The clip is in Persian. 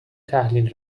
تحلیل